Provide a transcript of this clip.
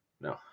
No